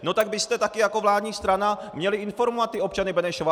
No tak byste taky jako vládní strana měli informovat občany Benešova!